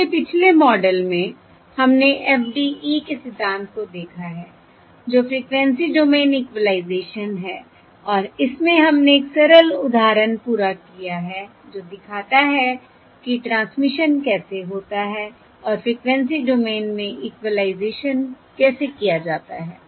इसलिए पिछले मॉडल में हमने FDE के सिद्धांत को देखा है जो फ़्रिक्वेंसी डोमेन इक्वलाइज़ेशन है और इसमें हमने एक सरल उदाहरण पूरा किया है जो दिखाता है कि ट्रांसमिशन कैसे होता है और फ्रिकवेंसी डोमेन में इक्विलाइज़ेशन कैसे किया जाता है